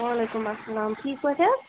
وعلیکُم اسلام ٹھیٖک پٲٹھۍ ہا